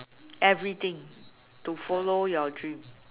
everything to follow your dream